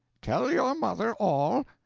tell your mother all.